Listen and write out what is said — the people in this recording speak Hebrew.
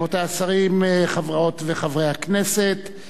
רבותי השרים, חברות וחברי הכנסת,